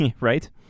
Right